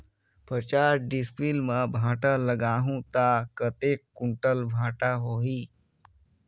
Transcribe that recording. पचास डिसमिल मां भांटा लगाहूं ता कतेक कुंटल भांटा होही?